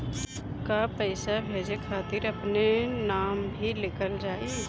का पैसा भेजे खातिर अपने नाम भी लिकल जाइ?